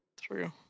True